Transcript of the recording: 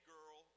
Girl